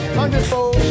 hundredfold